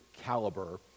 caliber